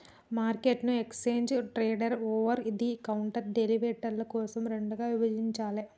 మార్కెట్ను exchange traded, over the counter డెరివేటివ్ల కోసం రెండుగా విభజించాలే